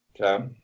Okay